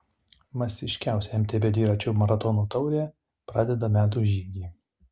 masiškiausia mtb dviračių maratonų taurė pradeda metų žygį